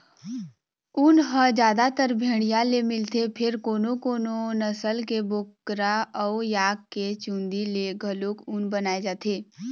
ऊन ह जादातर भेड़िया ले मिलथे फेर कोनो कोनो नसल के बोकरा अउ याक के चूंदी ले घलोक ऊन बनाए जाथे